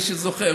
מי שזוכר,